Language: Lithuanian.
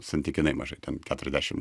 santykinai mažai ten keturiasdešim